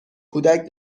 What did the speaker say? کودک